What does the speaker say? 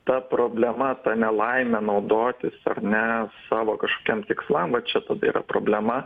ta problema ta nelaime naudotis ar ne savo kažkokiem tikslam vat čia tada yra problema